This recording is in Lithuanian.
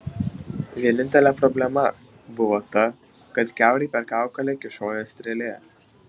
vienintelė problema buvo ta kad kiaurai per kaukolę kyšojo strėlė